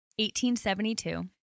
1872